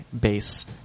base